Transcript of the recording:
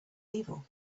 evil